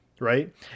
right